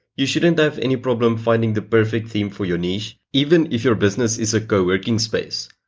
you shouldn't have any problem finding the perfect theme for your niche even if your business is a coworking space.